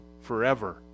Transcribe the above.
forever